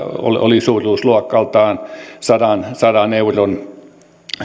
oli suuruusluokaltaan sadan sadan euron